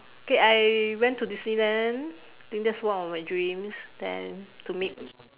K I went to disneyland think that's one of my dreams then to meet